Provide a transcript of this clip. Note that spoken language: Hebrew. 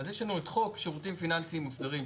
אז יש לנו את חוק שירותים פיננסיים מוסדרים,